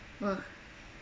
uh